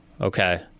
okay